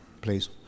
please